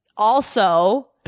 also,